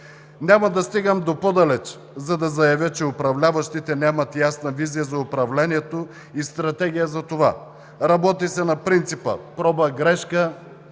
Няма да стигам до по-далеч, за да заявя, че управляващите нямат ясна визия за управлението и стратегия за това. Работи се на принципа проба – грешка,